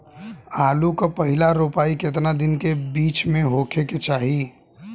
आलू क पहिला रोपाई केतना दिन के बिच में होखे के चाही?